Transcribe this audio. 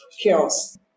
chaos